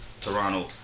Toronto